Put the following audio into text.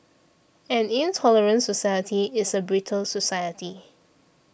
an intolerant society is a brittle society